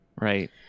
Right